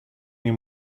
nie